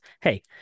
hey